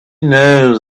knows